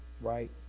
right